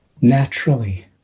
naturally